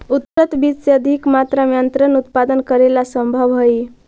उन्नत बीज से अधिक मात्रा में अन्नन उत्पादन करेला सम्भव हइ